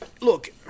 look